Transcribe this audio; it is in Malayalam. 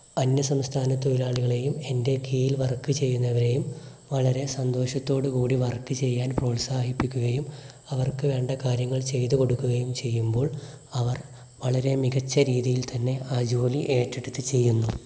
അന്യസംസ്ഥാന തൊഴിലാളികളെയും എന്റെ കീഴിൽ വർക്ക് ചെയ്യുന്നവരെയും വളരെ സന്തോഷത്തോട് കൂടി വർക്ക് ചെയ്യാൻ പ്രോത്സാഹിപ്പിക്കുകയും അവർക്ക് വേണ്ട കാര്യങ്ങൾ ചെയ്ത് കൊടുക്കുകയും ചെയ്യുമ്പോൾ അവർ വളരെ മികച്ച രീതിയിൽ തന്നെ ആ ജോലി ഏറ്റെടുത്ത് ചെയ്യുന്നു